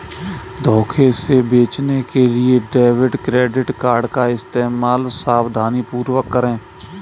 धोखे से बचने के लिए डेबिट क्रेडिट कार्ड का इस्तेमाल सावधानीपूर्वक करें